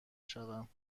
شوم